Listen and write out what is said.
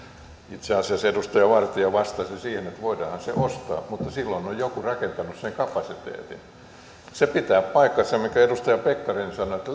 itse asiassa edustaja vartia vastasi siihen että voidaanhan se ostaa mutta silloin on joku rakentanut sen kapasiteetin se pitää paikkansa mitä edustaja pekkarinen sanoi että